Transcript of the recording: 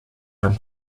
from